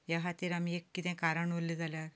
ह्या खातीर आमी एक किदें कारण उरल्ले जाल्यार